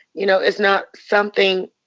you know, it's not something